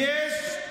על מה להרחיק אותם?